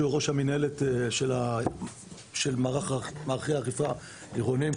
ראש מינהלת מערכי האכיפה העירוניים,